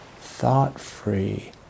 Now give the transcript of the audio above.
thought-free